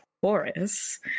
Chorus